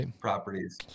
properties